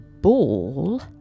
Ball